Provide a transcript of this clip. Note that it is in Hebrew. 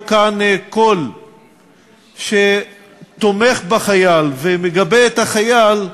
כאן קול שתומך בחייל ומגבה את החייל,